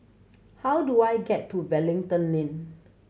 how do I get to Wellington Link